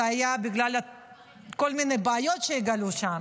זה היה בגלל כל מיני בעיות שהתגלו שם,